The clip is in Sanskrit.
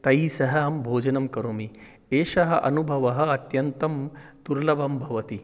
तैः सह अहं भोजनं करोमि एषः अनुभवः अत्यन्तं दुर्लभं भवति